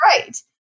right